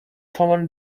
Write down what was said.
common